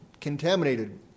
contaminated